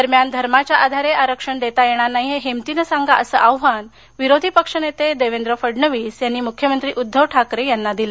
दरम्यान धर्माच्या आधारे आरक्षण देता येणार नाही हे हिमतीने सांगा असं आव्हान विरोधी पक्षनेते देवेंद्र फडणवीस यांनी मुख्यमंत्री उद्धव ठाकरे यांना दिलं